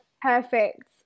perfect